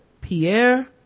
Pierre